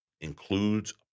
includes